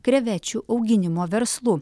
krevečių auginimo verslu